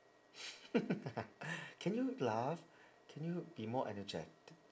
can you laugh can you be more energet~